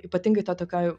ypatingai toj tokioj